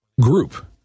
group